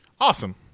Awesome